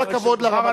כל הכבוד לרמטכ"ל.